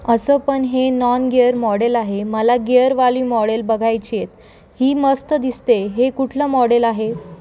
असं पण हे नॉन गिअर मॉडेल आहे मला गिअरवाली मॉडेल बघायची आहे ही मस्त दिसते हे कुठलं मॉडेल आहे